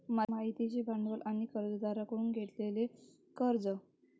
मालकीचे भांडवल आणि कर्जदारांकडून घेतलेले कर्ज